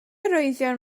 arwyddion